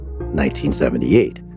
1978